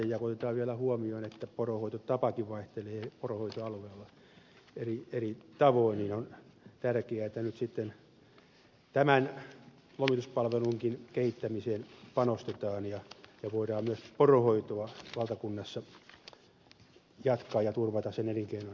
kun otetaan vielä huomioon että poronhoitotapakin vaihtelee poronhoitoalueilla eri tavoin niin on tärkeää että nyt sitten tämän lomituspalvelunkin kehittämiseen panostetaan ja voidaan myös poronhoitoa valtakunnassa jatkaa ja turvata sen elinkeinon kehittymistä ja menestymistä